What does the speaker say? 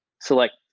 select